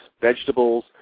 vegetables